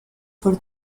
for